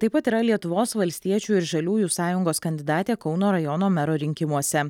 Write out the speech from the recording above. taip pat yra lietuvos valstiečių ir žaliųjų sąjungos kandidatė kauno rajono mero rinkimuose